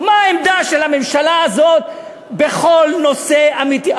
מה העמדה של הממשלה הזאת בכל נושא אמיתי?